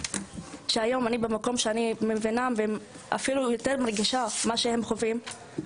ואני מרגישה שהיום אני יותר מבינה את מה שהם חווים.